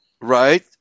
right